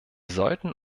sollten